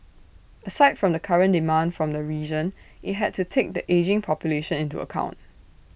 aside from the current demand from the region IT had to take the ageing population into account